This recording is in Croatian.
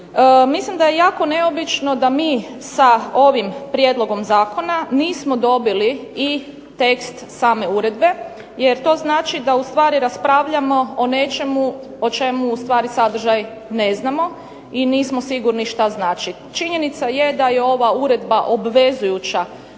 Mislim da je jako neobično da mi sa ovim prijedlogom zakona nismo dobili i tekst same uredbe jer to znači da ustvari raspravljamo o nečemu o čemu ustvari sadržaj ne znamo i nismo sigurni što znači. Činjenica je da je ova uredba obvezujuća